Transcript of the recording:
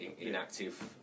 inactive